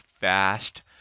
fast